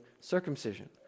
circumcision